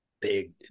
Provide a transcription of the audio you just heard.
Big